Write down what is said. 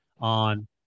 on –